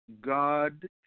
God